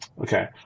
okay